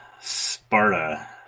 sparta